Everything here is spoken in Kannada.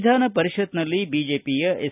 ವಿಧಾನಪರಿಷತ್ನಲ್ಲಿ ಬಿಜೆಪಿಯ ಎಸ್